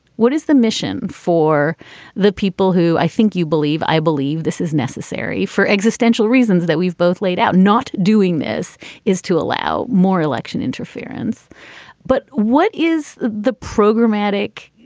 what is the mission for the people who i think you believe? i believe this is necessary for existential reasons that we've both laid out. not doing this is to allow more election interference but what is the programmatic?